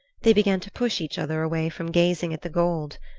they began to push each other away from gazing at the gold.